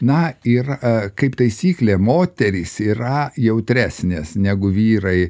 na yra kaip taisyklė moterys yra jautresnės negu vyrai